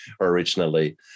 originally